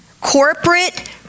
Corporate